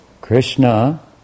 Krishna